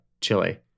chili